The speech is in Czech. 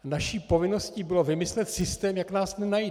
Naší povinností bylo vymyslet systém, jak nás nenajde.